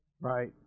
Right